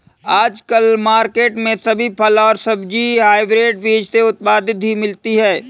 आजकल मार्केट में सभी फल और सब्जी हायब्रिड बीज से उत्पादित ही मिलती है